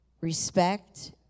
respect